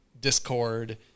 Discord